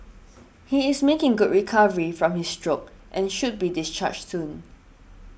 he is making good recovery from his stroke and should be discharged soon